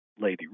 lady